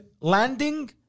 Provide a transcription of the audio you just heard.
landing